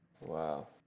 Wow